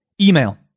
email